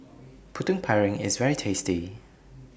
Putu Piring IS very tasty